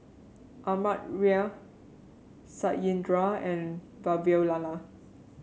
Amartya Satyendra and Vavilala